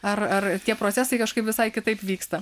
ar ar tie procesai kažkaip visai kitaip vyksta